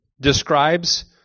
describes